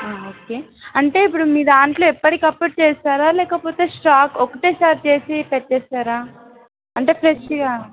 okay అంటే ఇప్పుడు మీ దాంట్లో ఎప్పటికప్పుడు చేస్తారా లేకపోతే స్టాక్ ఒకసారి చేసి పెట్టేస్తారా అంటే ఫ్రెష్గా